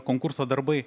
konkurso darbai